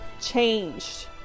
changed